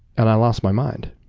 and i lost my mind.